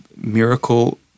miracle